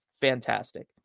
Fantastic